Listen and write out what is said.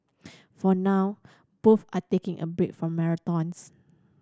for now both are taking a break from marathons